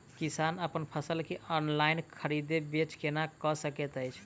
किसान अप्पन फसल केँ ऑनलाइन खरीदै बेच केना कऽ सकैत अछि?